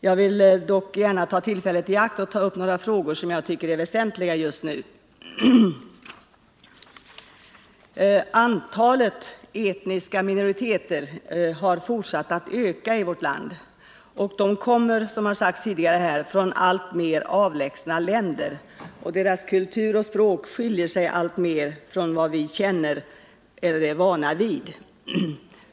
Jag vill dock gärna ta tillfället i akt att beröra några frågor, som jag tycker är väsentliga just nu. Antalet etniska minoriteter har fortsatt att öka i vårt land. Dessa människor kommer, som har sagts tidigare, från alltmer avlägsna länder. Deras kultur och språk skiljer sig från dem vi känner till eller är vana vid.